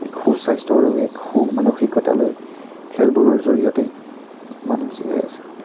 এক সু স্বাস্থ্য আৰু এক সু মানসিকতালৈ খেলবোৰৰ জৰিয়তে মানুহ জীয়াই আছে